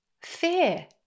Fear